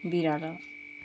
बिरालो